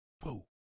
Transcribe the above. whoa